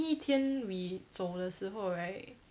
第一天 we 走的时候 right